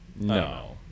No